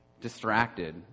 distracted